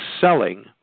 selling